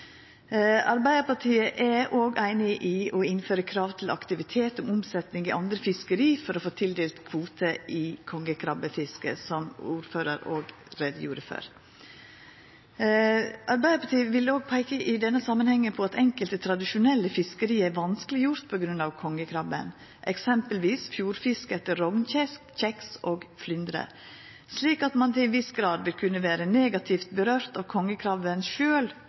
Arbeidarpartiet er òg einig i å innføra krav til aktivitet om omsetning i andre fiskeri for å få tildelt kvote i kongekrabbefisket, som ordføraren òg gjorde greie for. Arbeidarpartiet vil i denne samanhengen òg peika på at enkelte tradisjonelle fiskeri er vanskeleggjorde på grunn av kongekrabben – f.eks. fjordfisket etter rognkjeks og flyndre – slik at ein til ein viss grad vil kunna vera negativt påverka av